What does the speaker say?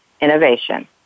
Innovation